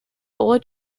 old